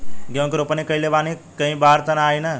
गेहूं के रोपनी कईले बानी कहीं बाढ़ त ना आई ना?